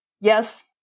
yes